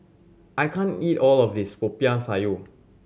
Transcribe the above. I can't eat all of this Popiah Sayur